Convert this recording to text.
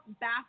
back